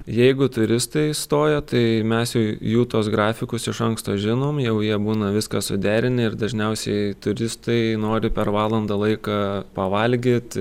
jeigu turistai stoja tai mes jau jų tuos grafikus iš anksto žinom jau jie būna viską suderinę ir dažniausiai turistai nori per valandą laiką pavalgyt